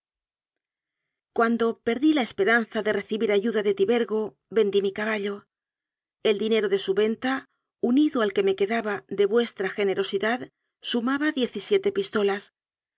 cuando perdí la esperanza de recibir ayuda de tibergo vendí mi caballo el dinero de su venta unido al que me quedaba de vuestra generosidad sumaba diez y siete pistolas